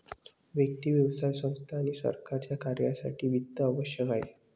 व्यक्ती, व्यवसाय संस्था आणि सरकारच्या कार्यासाठी वित्त आवश्यक आहे